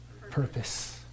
Purpose